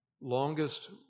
longest